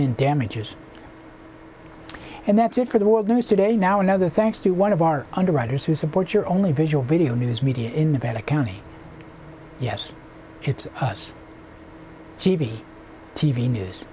in damages and that's it for the world news today now another thanks to one of our underwriters who support your only visual video news media in the better county yes it's us t v t v news